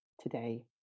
today